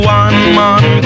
one-man